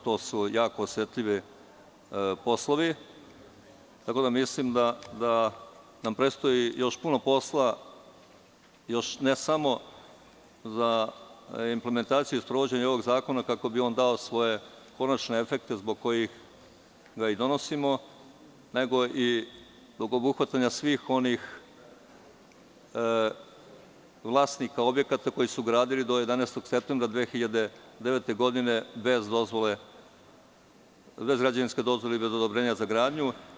To su jako osetljivi poslovi, tako da mislim da nam predstoji još puno posla, ne samo za implementaciju i sprovođenje ovog zakona kako bi on dao svoje konačne efekte zbog kojih ga i donosimo, nego i zbog obuhvatanja svih onih vlasnika objekata koji su gradili do 11. septembra 2009. godine bez građevinske dozvole i bez odobrenja za gradnju.